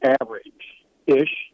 average-ish